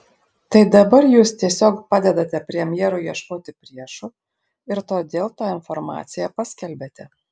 tai dabar jūs tiesiog padedate premjerui ieškoti priešų ir todėl tą informaciją paskelbėte